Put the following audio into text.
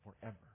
forever